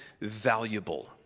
valuable